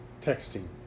texting